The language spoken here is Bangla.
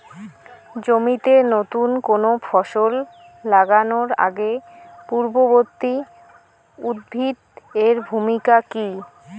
জমিতে নুতন কোনো ফসল লাগানোর আগে পূর্ববর্তী উদ্ভিদ এর ভূমিকা কি?